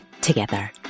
together